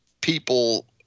people